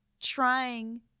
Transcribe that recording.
trying